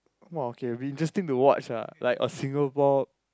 !wah! okay it will be interesting to watch ah like a Singapore